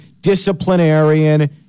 disciplinarian